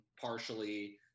partially